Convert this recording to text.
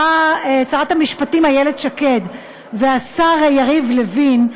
שרת המשפטים איילת שקד והשר יריב לוין,